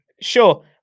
sure